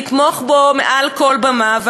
אני אתמוך בו מעל כל במה.